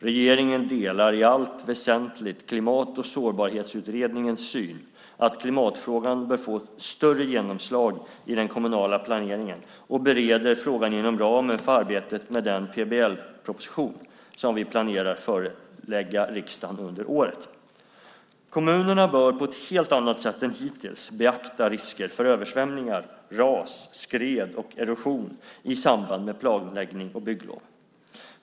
Regeringen delar i allt väsentligt Klimat och sårbarhetsutredningens syn att klimatfrågan bör få större genomslag i den kommunala planeringen och bereder frågan inom ramen för arbetet med den PBL-proposition som vi planerar att förelägga riksdagen under året. Kommunerna bör på ett helt annat sätt än hittills beakta risker för översvämningar, ras, skred och erosion i samband med planläggning och bygglov.